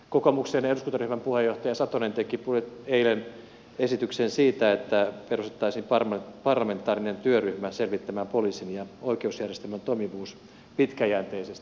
kokoomuksen eduskuntaryhmän puheenjohtaja satonen teki eilen esityksen siitä että perustettaisiin parlamentaarinen työryhmä selvittämään poliisin ja oikeusjärjestelmän toimivuus pitkäjänteisesti